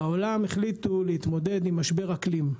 בעולם החליטו להתמודד עם משבר האקלים.